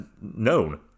known